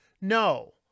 No